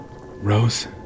Rose